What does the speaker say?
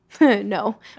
No